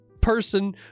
person